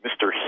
Mr